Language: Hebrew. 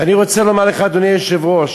ואני רוצה לומר לך, אדוני היושב-ראש,